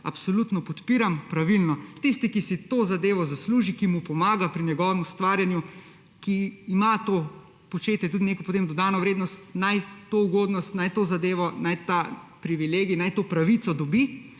Absolutno podpiram, pravilno. Tisti, ki si to zadevo zasluži, ki mu pomaga pri njegovem ustvarjanju in ima to početje potem tudi neko dodano vrednost, naj to ugodnost, naj to zadevo, naj ta privilegij, naj to pravico dobi.